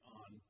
on